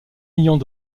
millions